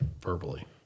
verbally